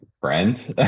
friends